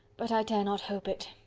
but i dare not hope it.